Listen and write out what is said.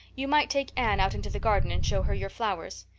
you might take anne out into the garden and show her your flowers.